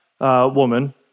Woman